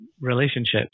relationships